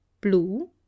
blue